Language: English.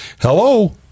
hello